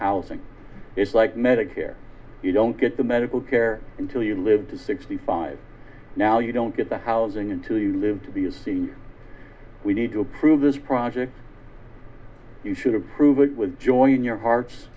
housing is like medicare you don't get the medical care until you live to sixty five now you don't get the housing until you live to be a c we need to approve this project you should have prove it with joy in your heart